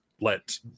let